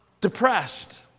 Depressed